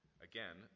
Again